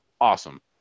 Awesome